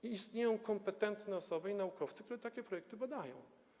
I istnieją kompetentne osoby, naukowcy, którzy takie projekty badają.